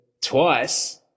twice